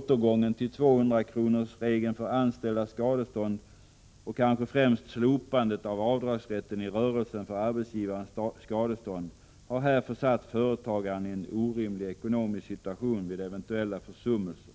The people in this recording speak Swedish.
Återgången till 200-kronorsregeln för anställdas skadestånd och kanske främst slopandet av avdragsrätten i rörelsen för arbetsgivarens skadestånd har här försatt företagaren i en orimlig ekonomisk situation vid eventuella försummelser.